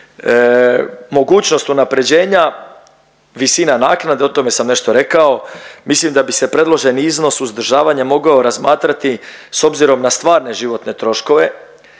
Mogućnost unapređenja visina naknade, o tome sam nešto rekao. Mislim da bi se predloženi iznos uzdržavanja mogao razmatrati s obzirom na stvarne živote troškove